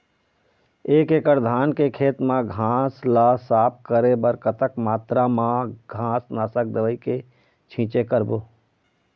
एक एकड़ धान के खेत मा घास ला साफ करे बर कतक मात्रा मा घास नासक दवई के छींचे करबो?